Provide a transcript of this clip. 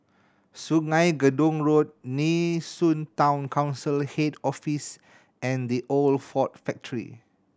Sungei Gedong Road Nee Soon Town Council Head Office and The Old Ford Factory